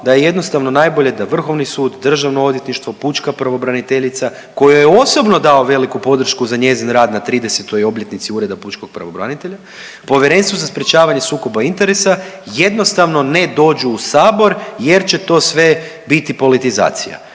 da je jednostavno najbolje da Vrhovni sud, Državno odvjetništvo, pučka pravobraniteljica kojoj je osobno dao veliku podršku za njezin rad na 30.-toj obljetnici Ureda pučkog pravobranitelja Povjerenstvo za sprječavanje sukoba interesa jednostavno ne dođu u Sabor jer će to sve biti politizacija.